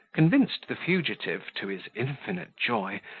convinced the fugitive, to his infinite joy,